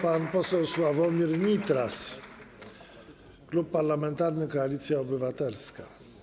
Pan poseł Sławomir Nitras, Klub Parlamentarny Koalicja Obywatelska.